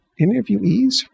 interviewees